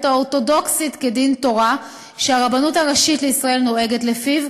האורתודוקסית כדין תורה שהרבנות הראשית לישראל נוהגת לפיו,